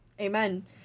Amen